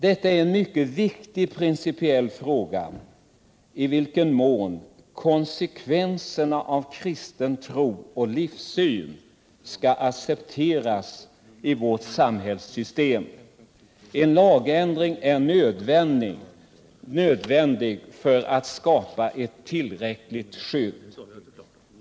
Det är en mycket viktig principiell fråga i vilken mån konsekvenser av en kristen tro och livssyn skall accepteras i vårt samhällssystem. En lagändring är nödvändig för att skapa ett tillräckligt skydd.